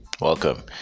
Welcome